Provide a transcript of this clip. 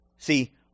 See